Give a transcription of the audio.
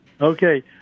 Okay